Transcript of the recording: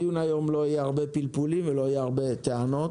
בדיון היום לא יהיו הרבה פלפולים ולא יהיו הרבה טענות